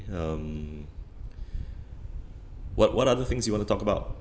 um what what other things you wanna talk about